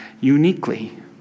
uniquely